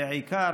והעיקר,